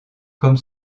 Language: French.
comme